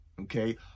okay